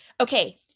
Okay